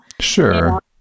Sure